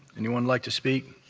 anyone like to speak?